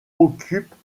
occupent